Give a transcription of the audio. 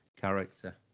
character